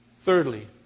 Thirdly